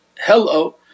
hello